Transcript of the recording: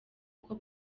uko